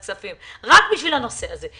בוועדת הכספים רק בשביל הנושא הזה,